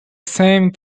same